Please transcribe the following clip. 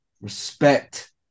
respect